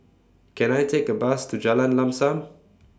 Can I Take A Bus to Jalan Lam SAM